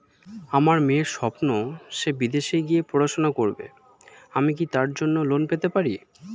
আমার মেয়ের স্বপ্ন সে বিদেশে গিয়ে পড়াশোনা করবে আমি কি তার জন্য লোন পেতে পারি?